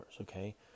okay